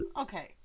Okay